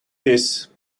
his